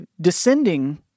descending